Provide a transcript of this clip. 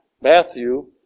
Matthew